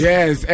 Yes